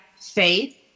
faith